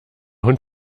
hund